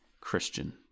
Christian